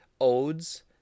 odes